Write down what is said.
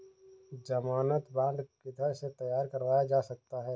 ज़मानत बॉन्ड किधर से तैयार करवाया जा सकता है?